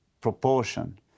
proportion